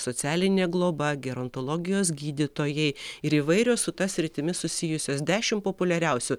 socialinė globa gerontologijos gydytojai ir įvairios su ta sritimi susijusios dešimt populiariausių